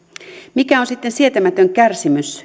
mikä on sitten sietämätön kärsimys